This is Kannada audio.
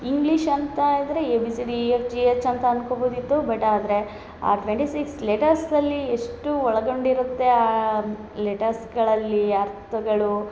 ಇಂಗ್ಲೀಷ್ ಅಂತ ಆದರೆ A B C D E F G H ಅಂತ ಅನ್ಕೊಬೋದು ಇತ್ತು ಬಟ್ ಆದರೆ ಆ ಟ್ವೆಂಟಿ ಸಿಕ್ಸ್ ಲೆಟರ್ಸ್ ಅಲ್ಲಿ ಎಷ್ಟು ಒಳಗೊಂಡಿರುತ್ತೆ ಆ ಲೆಟರ್ಸ್ಗಳಲ್ಲಿ ಅರ್ಥಗಳು